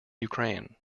ukraine